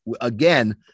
Again